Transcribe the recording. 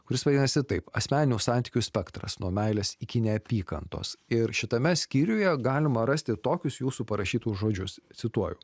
kuris vadinasi taip asmeninių santykių spektras nuo meilės iki neapykantos ir šitame skyriuje galima rasti tokius jūsų parašytus žodžius cituoju